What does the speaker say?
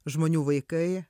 žmonių vaikai